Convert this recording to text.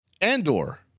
Andor